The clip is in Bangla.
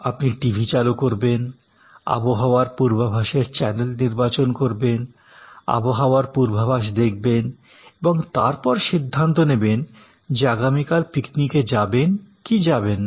আপনি টিভি চালু করবেন আবহাওয়ার পূর্বাভাসের চ্যানেল নির্বাচন করবেন আবহাওয়ার পূর্বাভাস দেখবেন এবং তারপর সিদ্ধান্ত নিন যে আগামীকাল পিকনিকে যাবেন কি যাবেন না